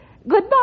Goodbye